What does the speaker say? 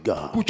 God